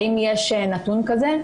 האם יש נתון כזה?